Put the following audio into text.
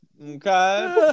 okay